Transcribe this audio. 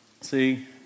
See